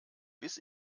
bis